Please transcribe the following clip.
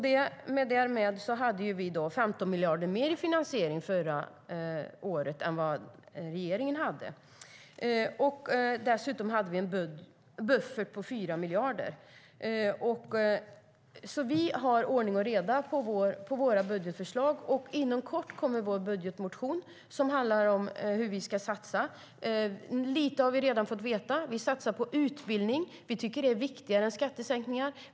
Därmed hade vi 15 miljarder mer i finansiering förra året än vad regeringen hade. Dessutom hade vi en buffert på 4 miljarder. Vi har alltså ordning och reda på våra budgetförslag, och inom kort kommer vår budgetmotion som handlar om hur vi ska satsa. Lite har man redan fått veta. Vi satsar på utbildning. Vi tycker att det är viktigare än skattesänkningar.